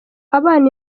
abana